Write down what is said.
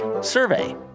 survey